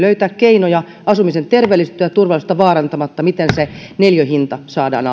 löytää keinoja asumisen terveellisyyttä ja turvallisuutta vaarantamatta siihen miten se neliöhinta saadaan